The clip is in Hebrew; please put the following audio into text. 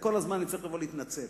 כל הזמן צריך לבוא להתנצל.